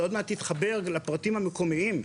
שעוד מעט תתחבר לפרטים המקומיים.